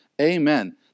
Amen